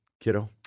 kiddo